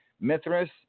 Mithras